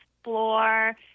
explore